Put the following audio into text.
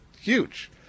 huge